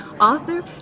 author